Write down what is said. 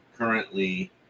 currently